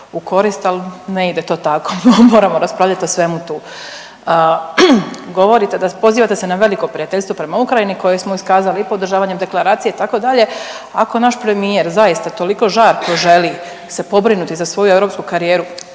u korist ali ne ide to tako. Moramo raspravljati o svemu tu. Govorite da, pozivate se na veliko prijateljstvo prema Ukrajini koje smo iskazali i podržavanjem deklaracije itd., ako naš premijer zaista toliko žarko se želi pobrinuti za svoju europsku karijeru,